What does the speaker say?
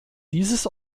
dieses